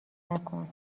نکن